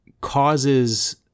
causes